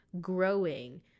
growing